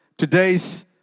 Today's